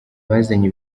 bazanye